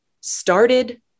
started